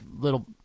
little